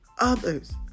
others